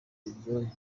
biryogo